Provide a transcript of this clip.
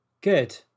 Good